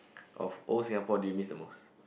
of old Singapore did you miss the most